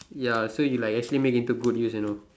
ya so you like actually make into good use you know